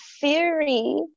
theory